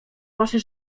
wasze